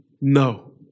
no